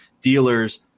dealers